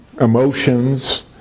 emotions